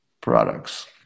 products